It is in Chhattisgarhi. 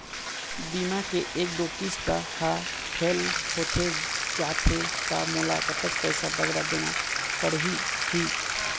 बीमा के एक दो किस्त हा फेल होथे जा थे ता मोला कतक पैसा बगरा देना पड़ही ही?